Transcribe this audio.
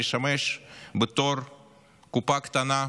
שמשמש בתור קופה קטנה,